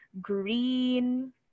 green